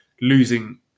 losing